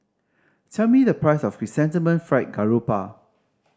tell me the price of Chrysanthemum Fried Garoupa